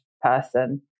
person